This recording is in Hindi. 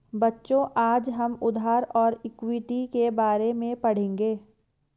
बच्चों आज हम उधार और इक्विटी के बारे में पढ़ेंगे